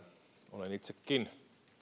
olen itsekin